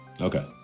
Okay